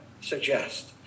suggest